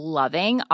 loving